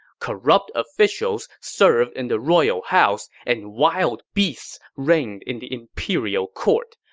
corrupt officials served in the royal house and wild beasts reigned in the imperial court.